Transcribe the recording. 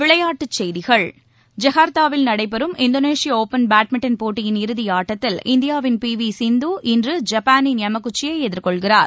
விளையாட்டுச் செய்திகள் ஜகார்த்தாவில் நடைபெறும் இந்தோனேஷிய ஒப்பன் பேட்மிண்டன் போட்டியின் இறதி ஆட்டத்தில் இந்தியாவின் பி வி சிந்து இன்று ஜப்பானின் யமாகுச்சியை எதிர்கொள்கிறார்